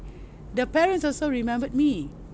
the parents also remembered me